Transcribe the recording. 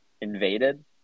invaded